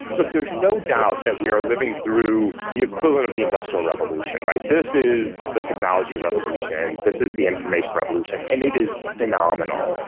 look, there's no doubt that we are living through the equivalent of the industrial revolution. this is the technology revolution, this is the information revolution, and it is phenomenal.